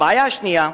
הבעיה השנייה,